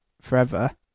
forever